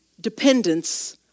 dependence